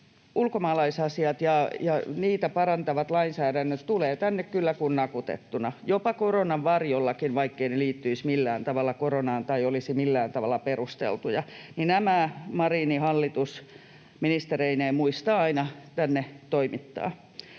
ulkomaalaisasiat ja niitä parantavat lainsäädännöt tulevat tänne kyllä kuin nakutettuna — jopa koronan varjollakin, vaikkeivät ne liittyisi millään tavalla koronaan tai olisi millään tavalla perusteltuja. Nämä Marinin hallitus ministereineen muistaa aina tänne toimittaa.